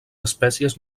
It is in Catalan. espècies